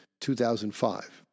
2005